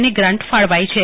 ની ગ્રાન્ટ ફાળવાઈ છે